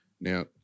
Now